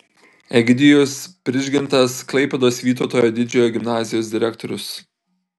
egidijus prižgintas klaipėdos vytauto didžiojo gimnazijos direktorius